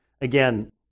again